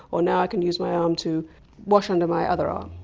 or now i can use my arm to wash under my other arm.